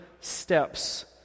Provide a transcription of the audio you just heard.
steps